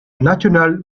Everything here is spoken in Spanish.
national